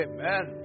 Amen